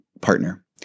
partner